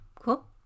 cool